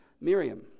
miriam